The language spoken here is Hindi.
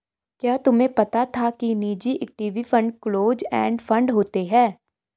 क्या तुम्हें पता था कि निजी equity fund close end fund होते हैं?